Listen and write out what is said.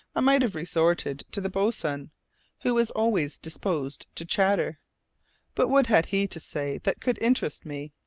i might have resorted to the boatswain, who was always disposed to chatter but what had he to say that could interest me?